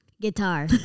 Guitar